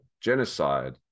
genocide